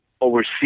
oversee